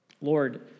Lord